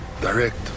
direct